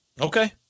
Okay